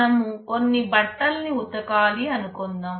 మనం కొన్ని బట్టల్నిని ఉతకాలి అనుకుందాం